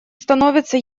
становится